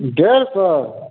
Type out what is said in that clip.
दोसर